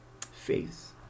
faith